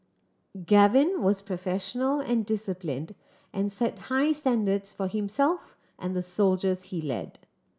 Gavin was professional and disciplined and set high standards for himself and the soldiers he led